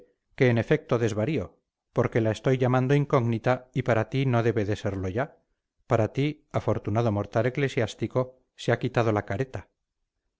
que en efecto desvarío porque la estoy llamando incógnita y para ti no debe de serlo ya para ti afortunado mortal eclesiástico se ha quitado la careta